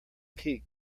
peak